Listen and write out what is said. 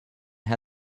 had